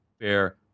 fair